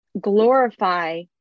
glorify